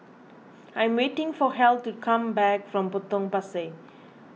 I'm waiting for Heath to come back from Potong Pasir